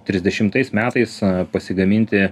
trisdešimtais metais pasigaminti